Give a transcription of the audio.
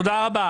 תודה רבה.